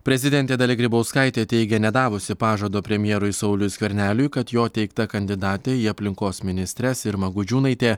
prezidentė dalia grybauskaitė teigia nedavusi pažado premjerui sauliui skverneliui kad jo teikta kandidatė į aplinkos ministres irma gudžiūnaitė